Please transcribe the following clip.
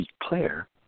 declare